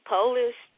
Polish